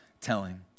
telling